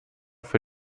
für